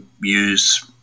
use